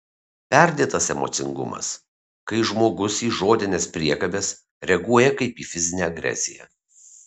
perdėtas emocingumas kai žmogus į žodines priekabes reaguoja kaip į fizinę agresiją